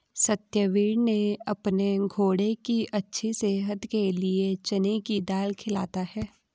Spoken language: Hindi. सत्यवीर ने अपने घोड़े की अच्छी सेहत के लिए चने की दाल खिलाता है